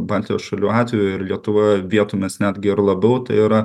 baltijos šalių atveju ir lietuvoje vietomis netgi labiau tai yra